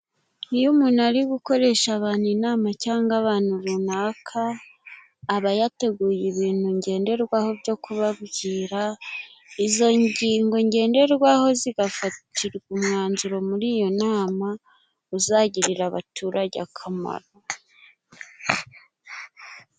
Iyo umuntu ari gukoresha abanu inama cyanga abanu runaka aba yateguye ibinu ngenderwaho byo kubabyira, izo ngingo ngenderwaho zigafatirwa umwanzuro muri iyo nama uzagirira abaturage akamaro.